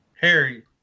Harry